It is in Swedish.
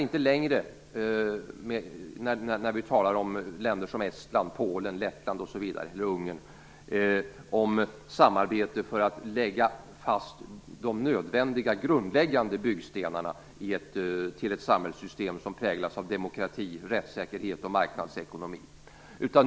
När vi talar om länder som Estland, Polen, Lettland, Ungern osv. handlar det inte längre om samarbete för att lägga fast de nödvändiga, grundläggande byggstenarna till ett samhällssystem som präglas av demokrati, rättssäkerhet och marknadsekonomi.